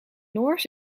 noors